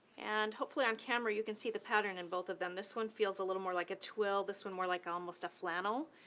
and hopefully on camera you can see the pattern in both of them. this one feels a little more like a twill, this one more like almost a flannel.